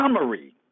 summary